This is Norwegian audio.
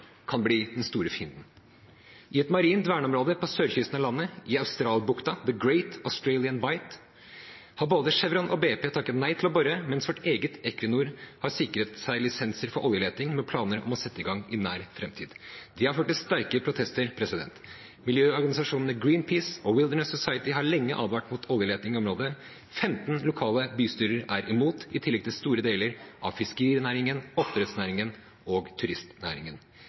kan bli den store fienden. I et marint verneområde på sørkysten av landet, i Australbukta – Great Australian Bight – har både Chevron og BP takket nei til å bore, mens vårt eget Equinor har sikret seg lisenser for oljeleting med planer om å sette i gang i nær framtid. Det har ført til sterke protester. Miljøorganisasjonene Greenpeace og Wilderness Society har lenge advart mot oljeleting i området, 15 lokale bystyrer er imot, i tillegg til store deler av fiskerinæringen, oppdrettsnæringen og turistnæringen.